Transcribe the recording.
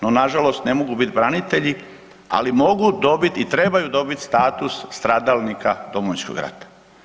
No nažalost ne mogu bit branitelji ali mogu dobiti i trebaju status stradalnika Domovinskog rata.